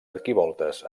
arquivoltes